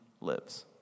lives